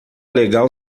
legal